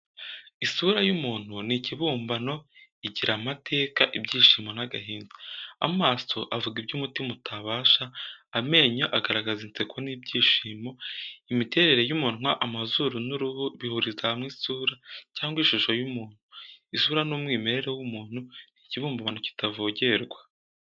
Isura y’umuntu ni ikibumbano, Igira amateka, ibyishimo n’agahinda. Amaso avuga ibyo umutima utabasha, Amenyo agaragaza inseko n’ ibyishimo. Imiterere y’ umunwa, amazuru n’uruhu, bihuriza hamwe isura cyangwa ishusho y’umuntu. Isura ni umwimerere w’umuntu, Ni ikibumbano kitavogerwa.